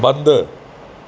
बंदि